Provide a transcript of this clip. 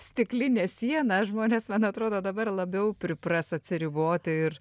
stiklinė siena žmonės man atrodo dabar labiau pripras atsiriboti ir